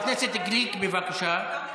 חבר הכנסת גליק, בבקשה.